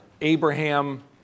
Abraham